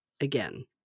again